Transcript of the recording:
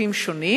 גופים שונים,